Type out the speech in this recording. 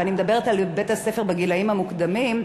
ואני מדברת על בית-הספר בגילים המוקדמים,